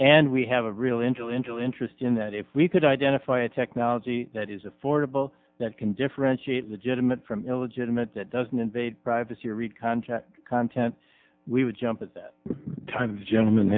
intell interest in that if we could identify a technology that is affordable that can differentiate legitimate from illegitimate that doesn't invade privacy or read contract content we would jump at that time gentlem